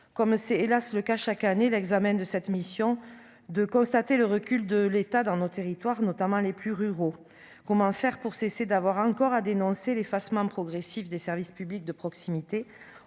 comme c'est hélas le cas chaque année, l'examen de cette mission de constater le recul de l'État dans nos territoires, notamment les plus ruraux, comment faire pour cesser d'avoir encore, a dénoncé l'effacement progressif des services publics de proximité,